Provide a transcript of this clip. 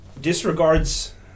disregards